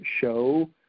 show